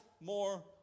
more